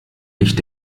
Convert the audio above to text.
licht